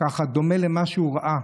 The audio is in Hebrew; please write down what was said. ככה דומה למה שהוא ראה.